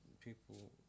people